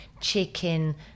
chicken